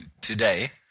today